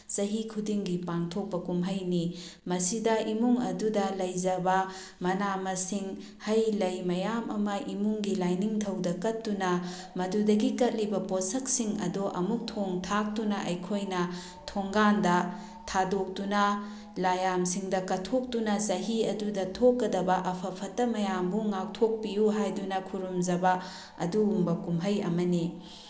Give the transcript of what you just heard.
ꯆꯍꯤ ꯈꯨꯗꯤꯡꯒꯤ ꯄꯥꯡꯊꯣꯛꯄ ꯀꯨꯝꯍꯩꯅꯤ ꯃꯁꯤꯗ ꯏꯃꯨꯡ ꯑꯗꯨꯗ ꯂꯩꯖꯕ ꯃꯅꯥ ꯃꯁꯤꯡ ꯍꯩ ꯂꯩ ꯃꯌꯥꯝ ꯑꯃ ꯏꯃꯨꯡꯒꯤ ꯂꯥꯏꯅꯤꯡꯊꯧꯗ ꯀꯠꯇꯨꯅ ꯃꯗꯨꯗꯒꯤ ꯀꯠꯂꯤꯕ ꯄꯣꯠꯁꯛꯁꯤꯡ ꯑꯗꯣ ꯑꯃꯨꯛ ꯊꯣꯡ ꯊꯥꯛꯇꯨꯅ ꯑꯩꯈꯣꯏꯅ ꯊꯣꯡꯒꯥꯟꯗ ꯊꯥꯗꯣꯛꯇꯨꯅ ꯂꯥꯏꯌꯥꯝꯁꯤꯡꯗ ꯀꯠꯊꯣꯛꯇꯨꯅ ꯆꯍꯤ ꯑꯗꯨꯗ ꯊꯣꯛꯀꯗꯕ ꯑꯐꯕ ꯐꯠꯇ ꯃꯌꯥꯝꯕꯨ ꯉꯥꯛꯊꯣꯛꯄꯤꯌꯨ ꯍꯥꯏꯗꯨꯅ ꯈꯨꯔꯨꯝꯖꯕ ꯑꯗꯨꯒꯨꯝꯕ ꯀꯨꯝꯍꯩ ꯑꯃꯅꯤ